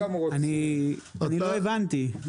אני לא הבנתי.